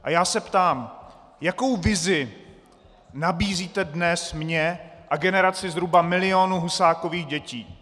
A já se ptám, jakou vizi nabízíte dnes mně a generaci zhruba milionu Husákových dětí?